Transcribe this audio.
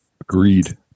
Agreed